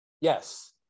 Yes